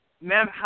Ma'am